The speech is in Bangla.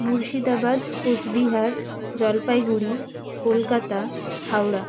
মুর্শিদাবাদ কোচবিহার জলপাইগুড়ি কলকাতা হাওড়া